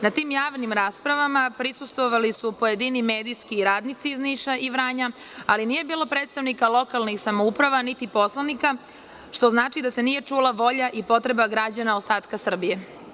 Na tim javnim raspravama prisustvovali su pojedini medijski radnici iz Niša i Vranja, ali nije bilo predstavnika lokalnih samouprava niti poslanika, što znači da se nije čula volja i potreba građana ostatka Srbije.